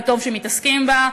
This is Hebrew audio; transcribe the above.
וטוב שמתעסקים בה.